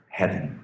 heaven